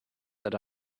that